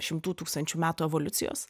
šimtų tūkstančių metų evoliucijos